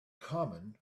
common